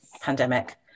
pandemic